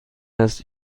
است